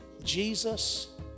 jesus